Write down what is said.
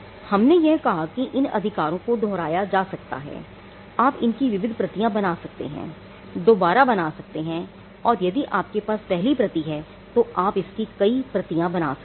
हम ने यह कहा कि इन अधिकारों को दोहराया जा सकता है आप इनकी विविध प्रतियां बना सकते हैं दोबारा बना सकते हैं और यदि आपके पास पहली प्रति है तो आप इसकी कई प्रतियां बना सकते हैं